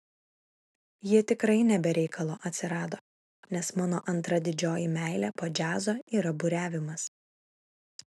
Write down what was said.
ji tikrai ne be reikalo atsirado nes mano antra didžioji meilė po džiazo yra buriavimas